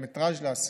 מטרז' לאסירים,